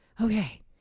okay